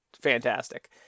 fantastic